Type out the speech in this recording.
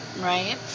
right